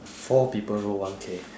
four people row one K